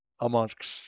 amongst